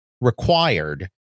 required